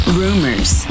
rumors